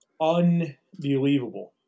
Unbelievable